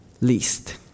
least